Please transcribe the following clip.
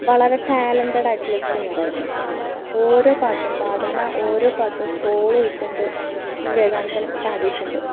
വളരെ ടാലന്റഡ് ആയിട്ടുള്ള ഒരു സിംഗർ ആയിരുന്നു ഓരോ പാട്ടും പാടുന്ന ഓരോ പാട്ടും സോൾ ഉൾക്കൊണ്ട് വിവേകാനന്ദൻ പാടിയിട്ടുണ്ട്